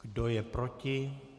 Kdo je proti?